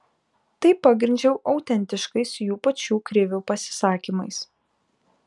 tai pagrindžiau autentiškais jų pačių krivių pasisakymais